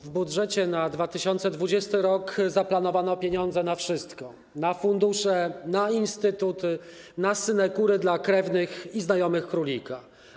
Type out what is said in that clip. W budżecie na 2022 r. zaplanowano pieniądze na wszystko - na fundusze, na instytuty, na synekury dla krewnych i znajomych królika.